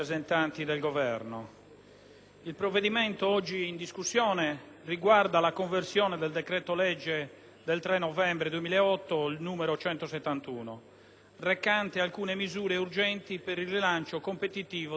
il provvedimento oggi in discussione riguarda la conversione del decreto-legge 3 novembre 2008, n. 171, recante misure urgenti per il rilancio competitivo del settore agroalimentare,